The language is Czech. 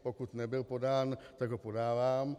Pokud nebyl podán, tak ho podávám.